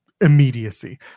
immediacy